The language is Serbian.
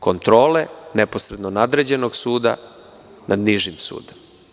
Kontrole neposrednog nadređenog suda nad nižim sudom.